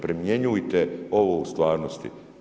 Primjenjujte ovo u stvarnosti.